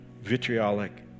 vitriolic